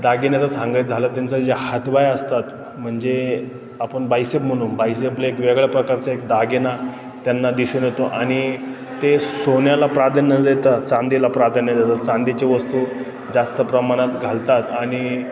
दागिन्याचं सांगायचं झालं त्यांचा जे हातवाय असतात म्हणजे आपण बायसेप म्हणू बायसेपला एक वेगळ्या प्रकारच्या एक दागिना त्यांना दिसून येतो आणि ते सोन्याला प्राधान्य न देतात चांदीला प्राधान्य देतात चांदीची वस्तू जास्त प्रमाणात घालतात आणि